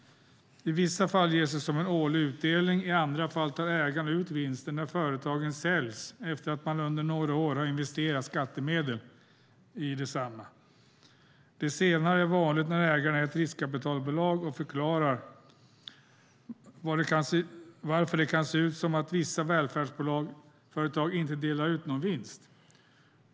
I vissa fall ges det som en årlig utdelning, i andra fall tar ägarna ut vinsten när företaget säljs efter att man under några år har investerat skattemedel i detsamma. Det senare är vanligt när ägaren är ett riskkapitalbolag, och det förklarar varför det kan se ut som att vissa välfärdsföretag inte delar ut någon vinst.